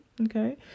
okay